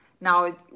Now